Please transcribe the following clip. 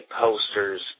posters